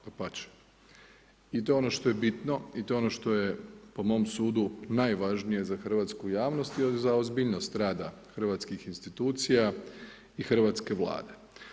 Dapače i to je ono što je bitno i to je ono što je po mom sudu, najvažnije za hrvatsku javnost i za ozbiljnost rada hrvatskih insinuacija i hrvatske vlade.